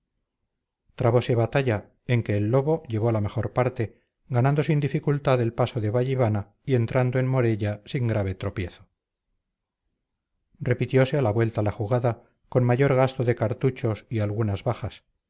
leopardo trabose batalla en que el lobo llevó la mejor parte ganando sin dificultad el paso de vallivana y entrando en morella sin grave tropiezo repitiose a la vuelta la jugada con mayor gasto de cartuchos y algunas bajas